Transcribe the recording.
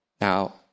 Now